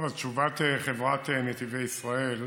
תשובת חברת נתיבי ישראל: